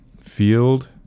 Field